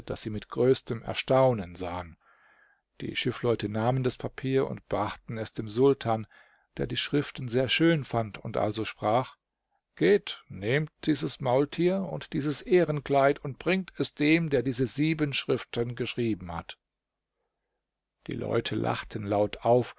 das sie mit größtem erstaunen sahen die schiffleute nahmen das papier und brachten es dem sultan der die schriften sehr schön fand und also sprach geht nehmet dieses maultier und dieses ehrenkleid und bringt es dem der diese sieben schriften geschrieben hat die leute lachten laut auf